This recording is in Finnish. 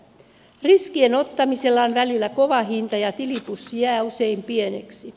riskien ottamisella on välillä kova hinta ja tilipussi jää usein pieneksi